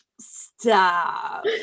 Stop